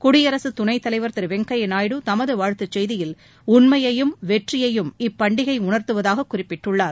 குடியரசுத் துணைத் தலைவர் திரு வெங்கய்யா நாயுடு தமது வாழ்த்துச் செய்தியில் உன்மையையும் வெற்றியையும் இப்பண்டிகை உணர்த்துவதாக குறிப்பிட்டுள்ளார்